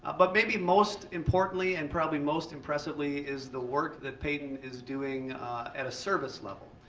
but maybe most importantly and probably most impressively is the work that peyton is doing at a service level.